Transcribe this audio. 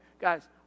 guys